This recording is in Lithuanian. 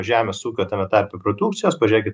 žemės ūkio tame tarpe produkcijos pažiūrėkit